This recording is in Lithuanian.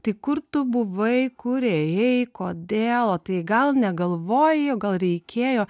tai kur tu buvai kur ėjai kodėl o tai gal negalvojai o gal reikėjo